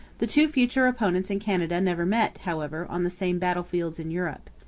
the two future opponents in canada never met, however, on the same battlefields in europe.